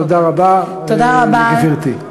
תודה רבה, גברתי.